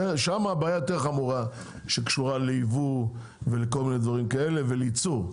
שם הבעיה יותר חמורה הקשורה לייבוא ולכל מיני דברים כאלה ולייצור.